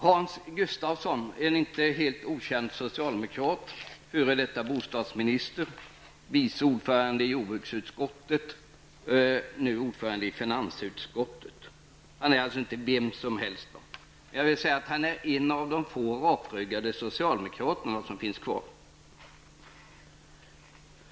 Hans Gustafsson, en inte helt okänd socialdemokrat, f.d. bostadsminister, f.d. vice ordförande i jordbruksutskottet, nu ordförande i finansutskottet -- han är alltså inte vem som helst -- är en av de få rakryggade socialdemokrater som finns kvar.